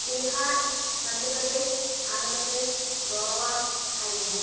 Bihar Madhya Pradesh Andhra Pradesh Goa Haryana